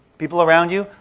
people around you,